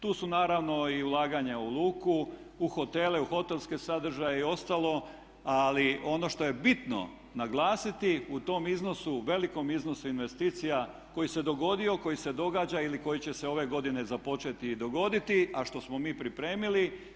Tu su naravno i ulaganja u luku, u hotele, u hotelske sadržaje i ostalo ali ono što je bitno naglasiti u tom iznosu, velikom iznosu investicija koji se dogodio, koji se događa ili koji će se ove godine započeti i dogoditi a što smo mi pripremili.